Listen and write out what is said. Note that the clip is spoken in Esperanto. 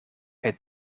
kaj